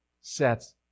sets